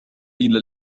إلى